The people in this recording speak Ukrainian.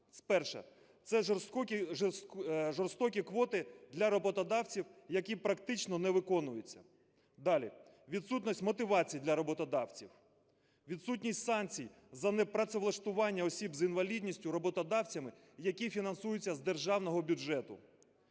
Перша – це жорстокі квоти для роботодавців, які практично не виконуються. Далі – відсутність мотивації для роботодавців, відсутність санкцій за непрацевлаштування осіб з інвалідністю роботодавцями, які фінансуються з державного бюджету.